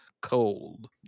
cold